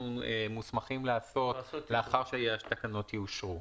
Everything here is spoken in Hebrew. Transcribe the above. מוסמכים לעשות לאחר שהתקנו יאושרו.